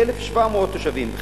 1,700 תושבים,